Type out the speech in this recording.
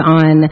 on